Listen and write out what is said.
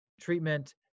treatment